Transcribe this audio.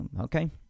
Okay